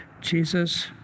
Jesus